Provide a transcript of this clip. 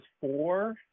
four